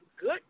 good